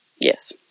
yes